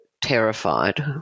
terrified –